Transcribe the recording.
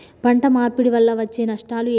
పంట మార్పిడి వల్ల వచ్చే నష్టాలు ఏమిటి?